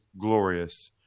glorious